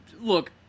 Look